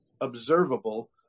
observable